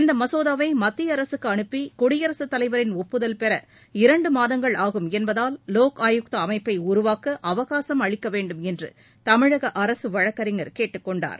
இந்த மசோதாவை மத்திய அரசுக்கு அனுப்பி குடியரகத்தலைவரின் ஒப்புதல் பெற இரண்டு மாதங்கள் ஆகும் என்பதால் லோக் ஆயுக்தா அமைப்பை உருவாக்க அவகாசம் அளிக்க வேண்டும் என்று தமிழக அரசு வழக்கறிஞர் கேட்டுக்கொண்டார்